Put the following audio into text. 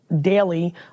daily